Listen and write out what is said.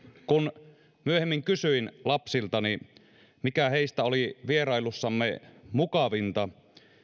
kun myöhemmin kysyin lapsiltani mikä heistä oli vierailussamme mukavinta